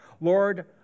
Lord